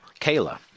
Kayla